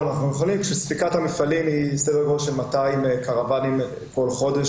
ספיקת המפעלים היא סדר גודל של 200 קרוואנים כל חודש,